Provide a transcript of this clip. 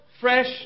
fresh